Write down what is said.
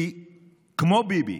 כי כמו ביבי